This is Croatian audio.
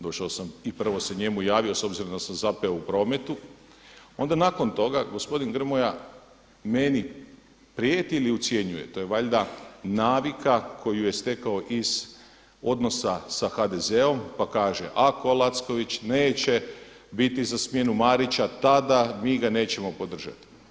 Došao sam i prvo njemu se javio s obzirom da sam zapeo u prometu, onda nakon toga gospodin Grmoja meni prijeti ili ucjenjuje, to je valjda navika koju je stekao iz odnosa sa HDZ-om pa kaže ako Lacković neće biti za smjenu Marića tada mi ga nećemo podržati.